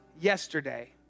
yesterday